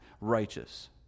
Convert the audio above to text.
righteous